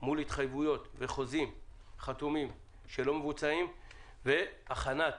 מול התחייבויות לחוזים חתומים שלא מבוצעים והכנת